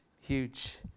Huge